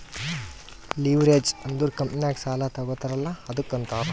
leverage ಅಂದುರ್ ಕಂಪನಿನಾಗ್ ಸಾಲಾ ತಗೋತಾರ್ ಅಲ್ಲಾ ಅದ್ದುಕ ಅಂತಾರ್